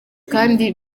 kandi